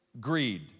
greed